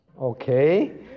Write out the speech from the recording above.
Okay